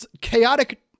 chaotic